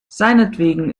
seinetwegen